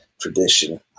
tradition